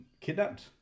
kidnapped